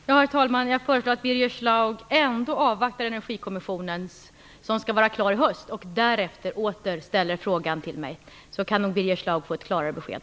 Herr talman! Jag föreslår att Birger Schlaug ändå avvaktar Energikommissionen, som skall vara klar i höst, och därefter åter ställer frågan till mig. Då kan nog Birger Schlaug få ett klarare besked.